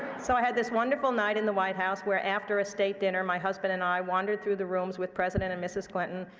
so i had this wonderful night in the white house where, after a state dinner, my husband and i wandered through the rooms with president and mrs. clinton,